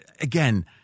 Again